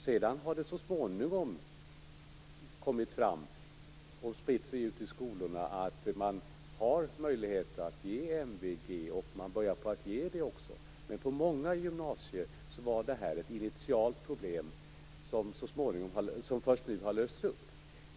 Sedan har det så småningom kommit fram och spritts ut i skolorna att man har möjlighet att ge MVG, och man har börjat att ge det också. På många gymnasier var detta ett initialt problem som först nu har lösts.